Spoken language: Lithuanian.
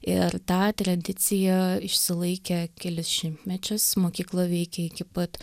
ir tą tradiciją išsilaikė kelis šimtmečius mokykla veikė iki pat